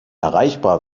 erreichbar